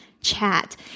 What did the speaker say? chat